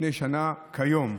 לפני שנה כיום,